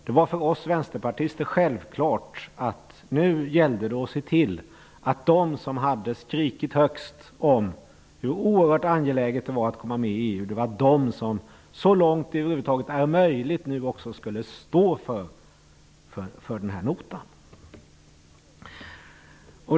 Det var för oss vänsterpartister självklart att det nu gällde att se till att de som hade skrikit högst om hur oerhört angeläget det var att komma med i EU så långt det över huvud taget var möjligt nu också skulle stå för notan.